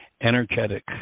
energetic